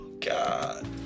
God